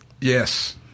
Yes